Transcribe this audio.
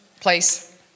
place